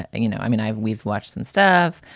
ah you know, i mean, i've we've watched them starve.